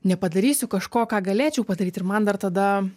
nepadarysiu kažko ką galėčiau padaryt ir man dar tada